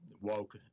woke